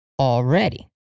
Already